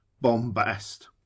Bombast